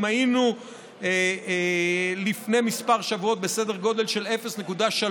אם היינו לפני כמה שבועות בסדר גודל ש-0.3%